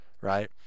right